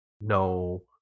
No